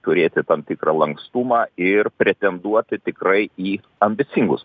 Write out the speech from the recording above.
turėti tam tikrą lankstumą ir pretenduoti tikrai į ambicingus